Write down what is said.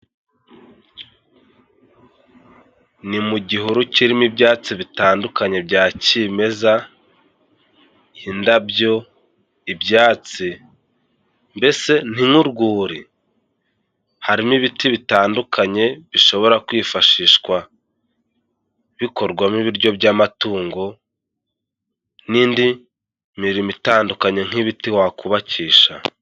Ni mu gihuru kirimo ibyatsi bitandukanye bya kimeza, indabyo, ibyatsi, mbese ni nk'urwuri. Harimo ibiti bitandukanye bishobora kwifashishwa bikorwamo ibiryo by'amatungo, n'indi mirimo itandukanye nk'ibiti wakubakisha.